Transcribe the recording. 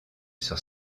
sur